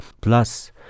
plus